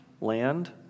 land